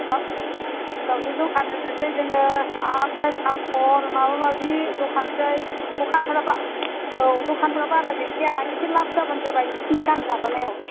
दाव दावदै दखान होनोसै जोङो आमफ्राय फापर माबा माबि दखान होसै दखानफोरा बा औ दखानफोरा बारा गैखाया एसे लाब जाब्लानो जाबाय नोंसिनि गान लाबोनायाव